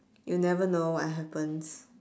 you'll never know what happens